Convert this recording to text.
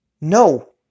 No